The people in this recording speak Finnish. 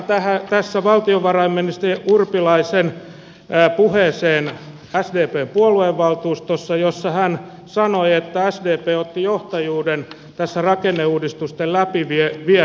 viittaan tässä valtiovarainministeri urpilaisen puheeseen sdpn puoluevaltuustossa jossa hän sanoi että sdp otti johtajuuden tässä rakenneuudistusten läpiviennissä